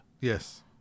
Yes